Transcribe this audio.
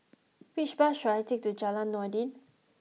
which bus should I take to Jalan Noordin